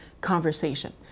conversation